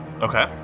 Okay